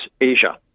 Asia